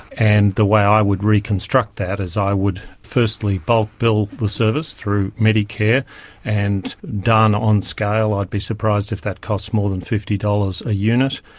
and the way i would reconstruct that is i would firstly bulk bill the service through medicare and done on scale i'd be surprised if that cost more than fifty dollars a unit,